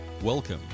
Welcome